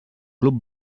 club